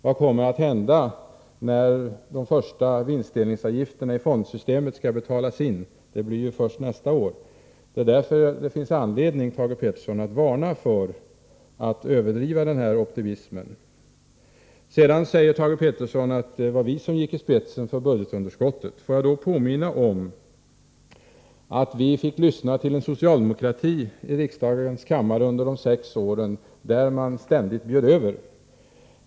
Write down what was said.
Vad kommer att hända när de första vinstdelningsavgifterna i fondsystemet skall betalas in — det blir ju först nästa år? Det är därför det finns anledning, Thage Peterson, att varna för att överdriva optimismen. Vidare säger Thage Peterson att det var vi som gick i spetsen när budgetunderskottet kom till. Låt mig då påminna om att vi under de sex borgerliga regeringsåren fick lyssna till en socialdemokrati här i riksdagens kammare som ständigt bjöd över.